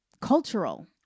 cultural